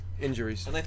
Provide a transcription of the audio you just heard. injuries